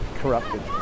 corrupted